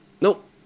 Nope